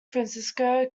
francisco